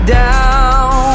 down